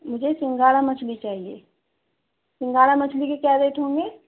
مجھے سنگاڑا مچھلی چاہیے سنگاڑا مچھلی کے کیا ریٹ ہوں گے